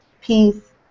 peace